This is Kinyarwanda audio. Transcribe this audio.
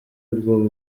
ubwo